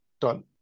Done